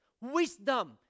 Wisdom